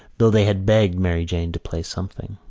though they had begged mary jane to play something.